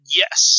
yes